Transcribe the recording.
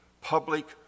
public